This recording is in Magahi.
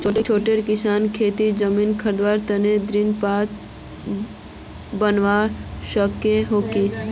छोटो किसान खेतीर जमीन खरीदवार तने ऋण पात्र बनवा सको हो कि?